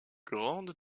grande